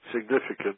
significant